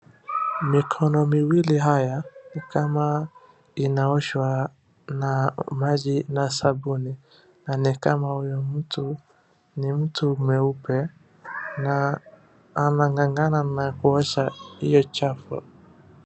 Mikono miwili haya ni kama inaoshwa na maji na sabuni na ni kama huyu mtu ni mtu mweupe na anagangana na kuosha hio chafu.